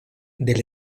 del